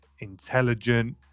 intelligent